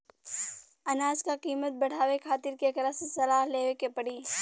अनाज क कीमत बढ़ावे खातिर केकरा से सलाह लेवे के पड़ी?